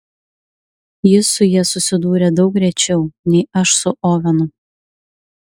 jis su ja susidūrė daug rečiau nei aš su ovenu